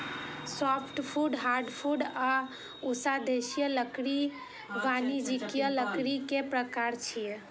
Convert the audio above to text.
softwood, hardwood आ उष्णदेशीय लकड़ी वाणिज्यिक लकड़ी के प्रकार छियै